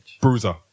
Bruiser